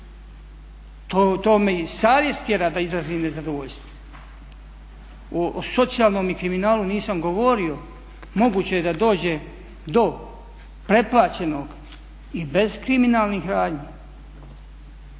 to me savjest tjera da izrazim nezadovoljstvo. O socijalnom i kriminalu nisam govorio, moguće je da dođe do pretplaćenog i bez kriminalnih radnji.